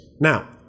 Now